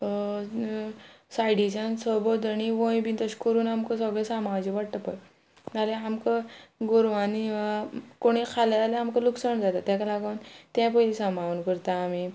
सायडीच्यान सहभोंवतणी वंय बी तशें करून आमकां सगळें सांबाळचें पडटा पय जाल्यार आमकां गोरवांनी कोणी खालें जाल्यार आमकां लुकसाण जाता तेका लागोन तें पयलीं सामावून करता आमी